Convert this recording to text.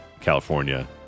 California